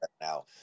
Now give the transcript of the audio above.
now